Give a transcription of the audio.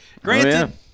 Granted